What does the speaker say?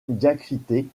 diacritée